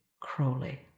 Crowley